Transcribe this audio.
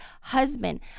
husband